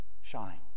shine